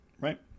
right